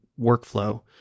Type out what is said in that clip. workflow